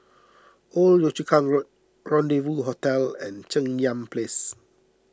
Old Yio Chu Kang Road Rendezvous Hotel and Cheng Yan Place